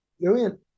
Brilliant